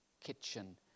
kitchen